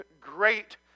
great